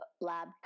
lab